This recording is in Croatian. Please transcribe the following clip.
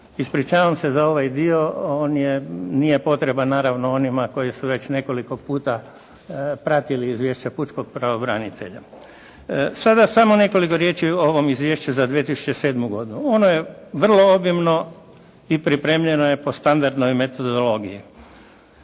Ispričavam se za ovaj dio, on nije potreban naravno onima koji su već nekoliko puta pratili izvješća pučkog pravobranitelja. Sada samo nekoliko riječi o ovom izvješću za 2007. godinu. Ono je vrlo obimno i pripremljeno je po standardnoj metodologiji.